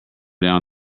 down